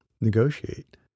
negotiate